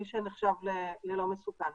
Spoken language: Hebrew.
מי שנחשב ללא מסוכן.